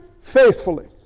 faithfully